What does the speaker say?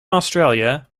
australia